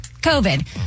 COVID